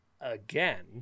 again